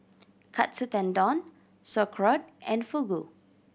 Katsu Tendon Sauerkraut and Fugu